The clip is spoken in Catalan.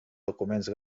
documents